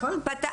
נכון, נכון.